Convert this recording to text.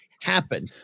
happen